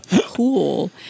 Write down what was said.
cool